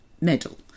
Medal